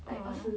orh